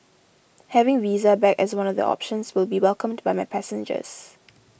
having Visa back as one of the options will be welcomed by my passengers